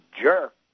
jerk